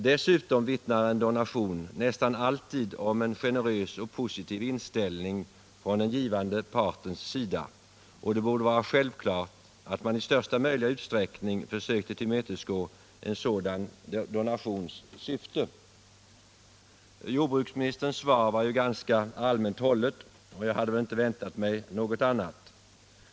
Dessutom vittnar en donation nästan alltid om en generös och positiv inställning från den givande partens sida, och det borde vara självklart att man i största möjliga utsträckning försöker tillmötesgå en sådan donations syfte. Jordbruksministerns svar var ju ganska allmänt hållet, och jag hade väl inte väntat mig något annat.